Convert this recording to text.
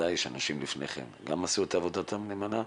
ודאי שאנשים לפני כן גם עשו עבודתם נאמנה,